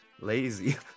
lazy